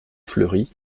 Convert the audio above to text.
fleury